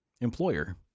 employer